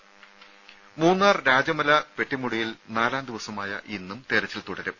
ദേദ മൂന്നാർ രാജമല പെട്ടിമുടിയിൽ നാലാം ദിവസമായ ഇന്നും തെരച്ചിൽ തുടരും